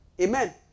Amen